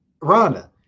Rhonda